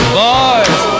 boys